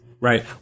Right